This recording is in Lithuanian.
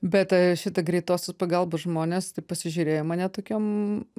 bet šita greitosios pagalbos žmonės taip pasižiūrėjo į mane tokiom